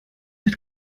hat